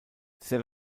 sehr